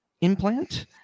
implant